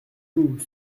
tout